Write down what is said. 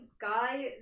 Guy